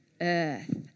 earth